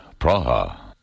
Praha